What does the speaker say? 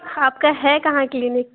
آپ کا ہے کہاں کلینک